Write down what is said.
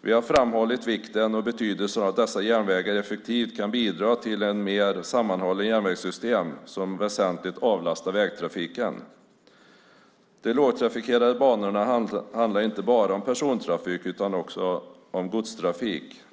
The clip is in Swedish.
Vi har framhållit vikten och betydelsen av att dessa järnvägar effektivt kan bidra till ett mer sammanhållet järnvägssystem som väsentligt avlastar vägtrafiken. De lågtrafikerade banorna handlar inte bara om persontrafik utan också om godstrafik.